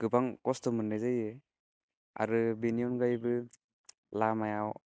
गोबां खस्थ' मोन्नाय जायो आरो बिनि अनगायैबो लामायाव